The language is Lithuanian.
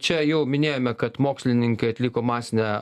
čia jau minėjome kad mokslininkai atliko masinę